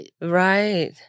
Right